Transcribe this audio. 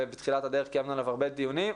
ובתחילת הדרך קיימנו עליו הרבה דיונים,